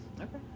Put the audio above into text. Okay